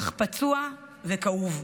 אך פצוע וכאוב.